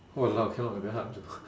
!walao! cannot eh very hard to